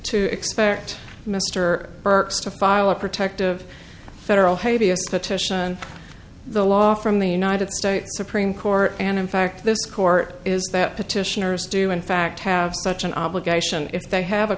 to expect mr burks to file a protective federal hevia the law from the united states supreme court and in fact this court is that petitioners do in fact have such an obligation if they have a